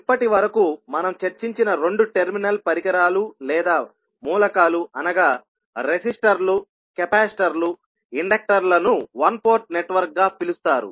ఇప్పటివరకు మనం చర్చించిన రెండు టెర్మినల్ పరికరాలు లేదా మూలకాలు అనగా రెసిస్టర్లు కెపాసిటర్లు ఇండక్టర్ల ను వన్ పోర్ట్ నెట్వర్క్ గా పిలుస్తారు